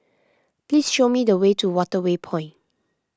please show me the way to Waterway Point